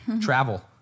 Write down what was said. travel